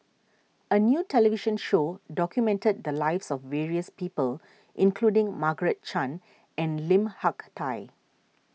a new television show documented the lives of various people including Margaret Chan and Lim Hak Tai